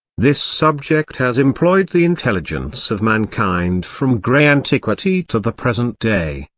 this subject has employed the intelligence of mankind from grey antiquity to the present day,